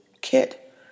kit